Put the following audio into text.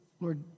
Lord